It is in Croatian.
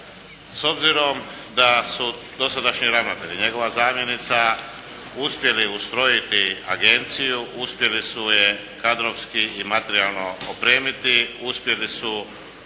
S obzirom da su dosadašnji ravnatelj i njegova zamjenica uspjeli ustrojiti agenciju, uspjeli su se je kadrovski i materijalno opremiti, uspjeli su